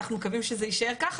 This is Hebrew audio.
אנחנו מקווים שזה יישאר ככה,